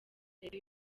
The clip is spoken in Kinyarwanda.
leta